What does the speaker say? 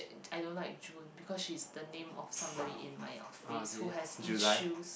I don't like June because she's the name of somebody in my office who has issues